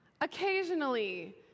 Occasionally